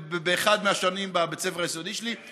באחת מהשנים בבית הספר היסודי שלי .